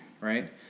right